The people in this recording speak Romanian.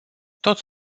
toți